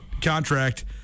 contract